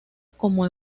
como